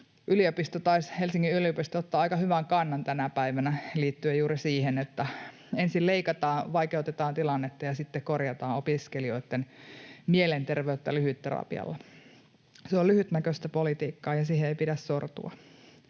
Helsingin yliopisto taisi ottaa aika hyvän kannan tänä päivänä liittyen juuri siihen, että ensin leikataan, vaikeutetaan tilannetta, ja sitten korjataan opiskelijoitten mielenterveyttä lyhytterapialla. Se on lyhytnäköistä politiikkaa, ja siihen ei pidä sortua.